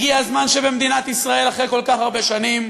הגיע הזמן שבמדינת ישראל, אחרי כל כך הרבה שנים,